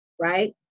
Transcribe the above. right